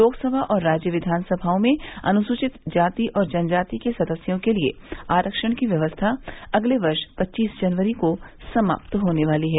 लोकसभा और राज्य विधान सभाओं में अनुसूचित जाति और जनजाति के सदस्यों के लिए आरक्षण की व्यवस्था अगले वर्ष पच्चीस जनवरी को समाप्त होने वाली है